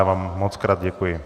Já vám mockrát děkuji.